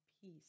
peace